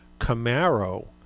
Camaro